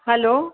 hello